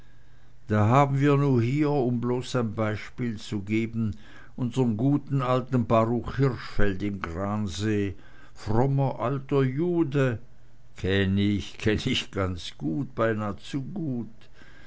da haben wir nu hier um bloß ein beispiel zu geben unsern guten alten baruch hirschfeld in gransee frommer alter jude kenn ich kenn ich ganz gut beinah zu gut